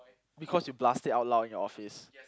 because you blast it out loud in your office